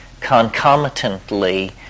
concomitantly